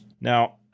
Now